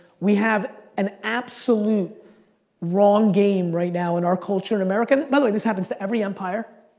we have an absolute wrong game right now in our culture in america, by the way, this happens to every empire.